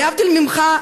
להבדיל ממך,